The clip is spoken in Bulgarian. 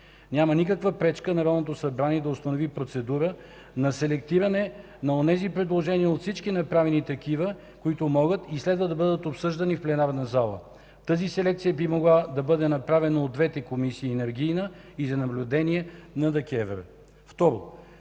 Няма никаква пречка Народното събрание да установи процедура на селектиране на онези предложения от всички направени такива, които могат и следва да бъдат обсъждани в пленарната зала. Тази селекция би могла да бъде направена от двете комисии – енергийна и за наблюдение на ДКЕВР. Второ,